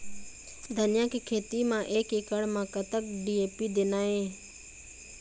धनिया के खेती म एक एकड़ म कतक डी.ए.पी देना ये?